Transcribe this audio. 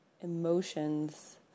emotions